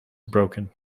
broken